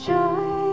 Joy